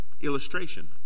illustration